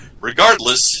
Regardless